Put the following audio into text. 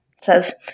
says